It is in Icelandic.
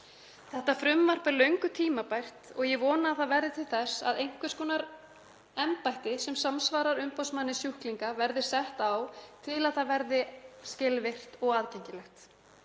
Þetta frumvarp er löngu tímabært og ég vona að það verði til þess að einhvers konar embætti sem samsvarar umboðsmanni sjúklinga verði sett á til að það verði skilvirkt og aðgengilegt.